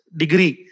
degree